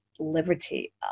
Liberty